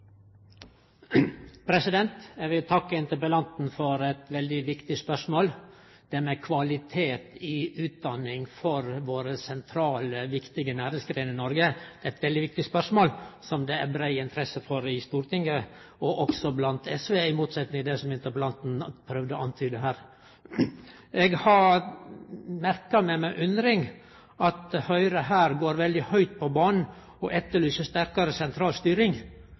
Eg vil takke interpellanten for eit veldig viktig spørsmål. Det med kvalitet i utdanninga når det gjeld dei sentrale og viktige næringsgreinene i Noreg, er eit viktig spørsmål som det er brei interesse for i Stortinget, også i SV, i motsetning til det interpellanten prøvde å antyde her. Eg har merka meg med undring at Høgre her går veldig høgt på banen og etterlyser sterkare